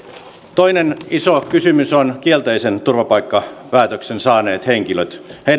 toinen iso kysymys on kielteisen turvapaikkapäätöksen saaneet henkilöt